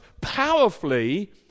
powerfully